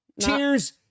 Cheers